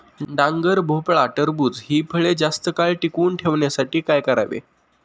डांगर, भोपळा, टरबूज हि फळे जास्त काळ टिकवून ठेवण्यासाठी काय करावे?